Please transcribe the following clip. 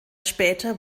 später